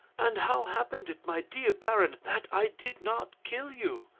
and how happened it, my dear baron, that i did not kill you?